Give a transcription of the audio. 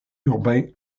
urbains